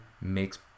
makes